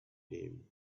name